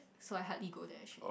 so I hardly go there actually